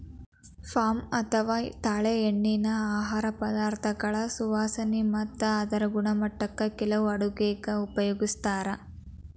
palm ಅಥವಾ ತಾಳೆಎಣ್ಣಿನಾ ಆಹಾರ ಪದಾರ್ಥಗಳ ಸುವಾಸನೆ ಮತ್ತ ಅದರ ಗುಣಮಟ್ಟಕ್ಕ ಕೆಲವು ಅಡುಗೆಗ ಉಪಯೋಗಿಸ್ತಾರ